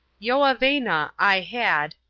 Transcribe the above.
io aveva, i had,